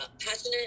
passionate